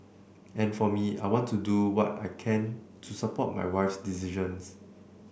and for me I want to do what I can to support my wife decisions